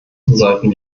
sollten